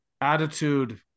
attitude